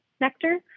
nectar